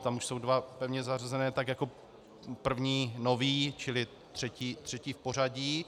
Tam už jsou dva pevně zařazené, tak jako první nový, čili třetí v pořadí.